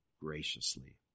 graciously